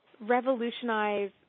revolutionize